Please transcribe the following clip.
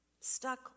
stuck